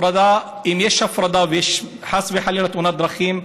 אם יש הפרדה ויש חס וחלילה תאונת דרכים,